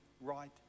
right